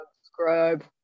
Subscribe